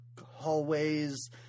hallways